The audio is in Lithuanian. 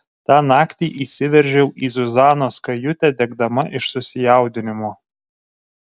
tą naktį įsiveržiau į zuzanos kajutę degdama iš susijaudinimo